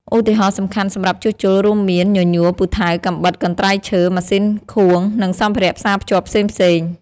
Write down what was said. ឧបករណ៍សំខាន់សម្រាប់ជួសជុលរួមមាន ញញួរ ពូថៅ កាំបិត កន្ត្រៃឈើ ម៉ាស៊ីនខួង និងសម្ភារៈផ្សាភ្ជាប់ផ្សេងៗ។